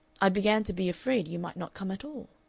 i began to be afraid you might not come at all.